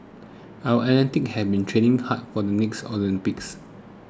our athletes have been training hard for the next Olympics